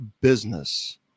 business